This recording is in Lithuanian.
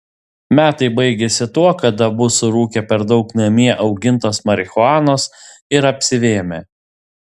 metai baigėsi tuo kad abu surūkė per daug namie augintos marihuanos ir apsivėmė